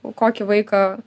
kokį vaiką